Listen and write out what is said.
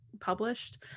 published